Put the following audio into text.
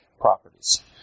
properties